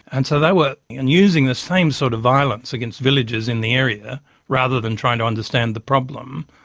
and so they were and using the same sort of violence against villagers in the area rather than trying to understand the problem.